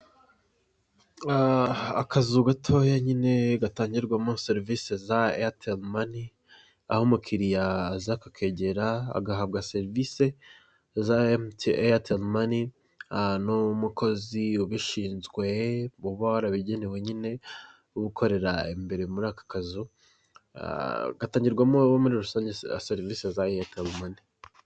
Akazu gatoya nyine gatangirwamo serivise za eyateri mani, aho umukiriya aza akakegera agahabwa serivise za eyateri mani n'umukozi ubishinzwe uba warabigenewe nyine uba ukorera imbere muri kano kazu. Gatangirwamo muri rusange serivise za eyateri mani.